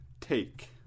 take